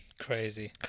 Crazy